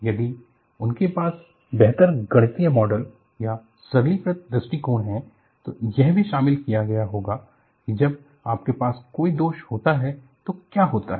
यदि उनके पास बेहतर गणितीय मॉडल और सरलीकृत दृष्टिकोण है तो यह भी शामिल किया होगा कि जब आपके पास कोई दोष होता है तो क्या होता है